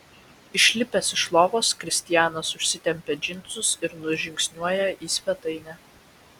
išlipęs iš lovos kristianas užsitempia džinsus ir nužingsniuoja į svetainę